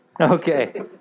Okay